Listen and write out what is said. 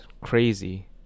crazy